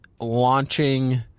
launching